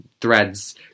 threads